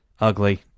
Ugly